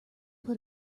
put